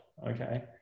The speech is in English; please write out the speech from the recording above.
Okay